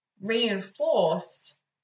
reinforced